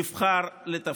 נבחר לתפקיד.